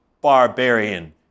barbarian